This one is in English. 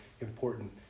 important